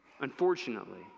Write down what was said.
unfortunately